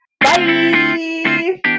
Bye